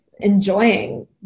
enjoying